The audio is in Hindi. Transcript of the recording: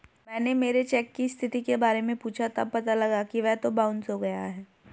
मैंने मेरे चेक की स्थिति के बारे में पूछा तब पता लगा कि वह तो बाउंस हो गया है